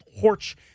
torch